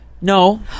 No